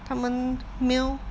他们 meal